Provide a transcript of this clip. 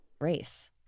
race